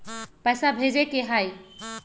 पैसा भेजे के हाइ?